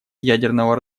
ядерного